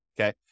okay